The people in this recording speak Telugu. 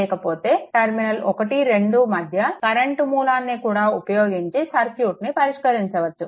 లేకపోతే టర్మినల్ 1 2 మధ్య కరెంట్ మూలాన్ని కూడా ఉపయోగించి సర్క్యూట్ని పరిష్కరించవచ్చు